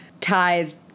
Ties